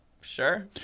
Sure